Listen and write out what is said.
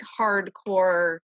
hardcore